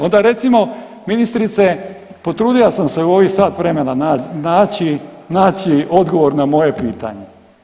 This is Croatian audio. Onda recimo ministrice potrudio sam se u ovih sat vremena naći odgovor na moje pitanje.